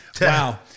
Wow